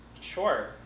Sure